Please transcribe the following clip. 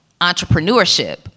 entrepreneurship